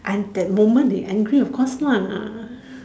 and that moment they angry of course lah